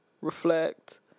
reflect